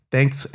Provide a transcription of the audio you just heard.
Thanks